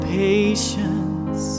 patience